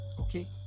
okay